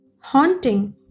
Haunting